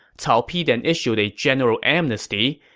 cao pi then issued a general amnesty,